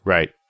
Right